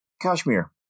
Kashmir